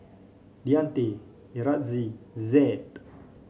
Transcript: Deante Yaretzi Zed